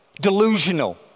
delusional